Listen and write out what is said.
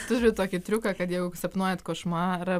turiu tokį triuką kad jeigu sapnuojat košmarą